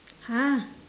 !huh!